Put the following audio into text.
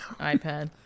iPad